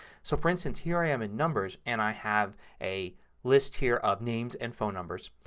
so, for instance, here i am in numbers and i have a list here of names and phone numbers.